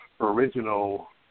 original